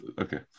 Okay